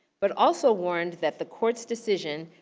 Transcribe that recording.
but also warned that the court's decision,